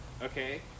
Okay